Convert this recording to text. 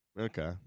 Okay